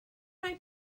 mae